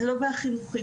זו לא בעיה חינוכית,